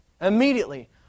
immediately